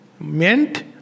Meant